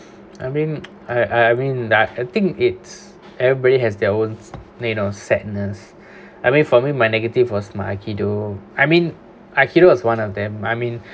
I mean I I mean that I think it's everybody has their own of sadness I mean for me my negative was my aikido I mean aikido was one of them I mean